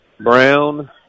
Brown